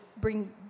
bring